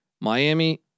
Miami